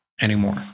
anymore